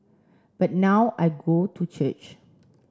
but now I go to church